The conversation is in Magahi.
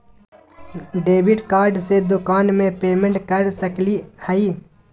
डेबिट कार्ड से दुकान में पेमेंट कर सकली हई?